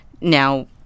now